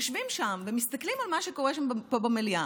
יושבים שם ומסתכלים על מה שקורה פה במליאה,